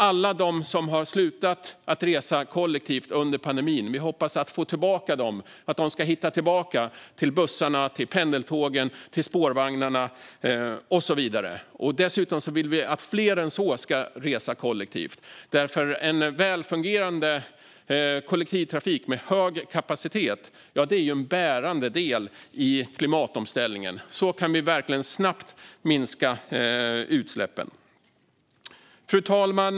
Alla som har slutat att resa kollektivt under pandemin hoppas vi ska hitta tillbaka till bussarna, pendeltågen, spårvagnarna och så vidare. Dessutom vill vi att fler än så ska resa kollektivt, för en välfungerande kollektivtrafik med hög kapacitet är en bärande del i klimatomställningen. Så kan vi verkligen snabbt minska utsläppen. Fru talman!